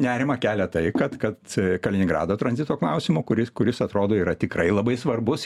nerimą kelia tai kad kad kaliningrado tranzito klausimu kuri kuris atrodo yra tikrai labai svarbus